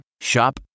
Shop